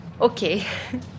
Okay